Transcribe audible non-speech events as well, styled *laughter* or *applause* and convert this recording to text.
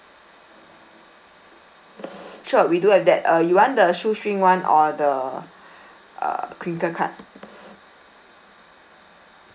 sure we do have that uh you want the shoestring [one] or the *breath* err crinkle cut